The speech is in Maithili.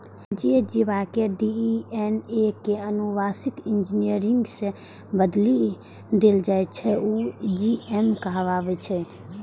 जे जीव के डी.एन.ए कें आनुवांशिक इंजीनियरिंग सं बदलि देल जाइ छै, ओ जी.एम कहाबै छै